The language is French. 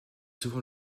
souvent